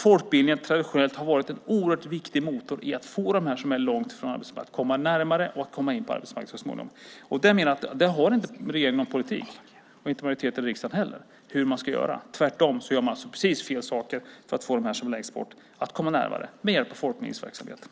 Folkbildningen har traditionellt varit en oerhört viktig motor för att få dem som är långt från arbetsmarknaden att komma närmare och att så småningom komma in på arbetsmarknaden. Där har regeringen inte någon politik, och inte majoriteten i riksdagen heller. Man gör fel saker när det gäller att få dem som står längst bort att komma närmare med hjälp av folkbildningsverksamheten.